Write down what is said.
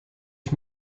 ich